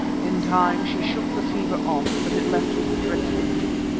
in time she shook the fever off, but it left her dreadfully weak,